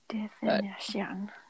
Definition